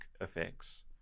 effects